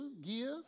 give